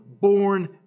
born